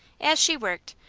as she worked,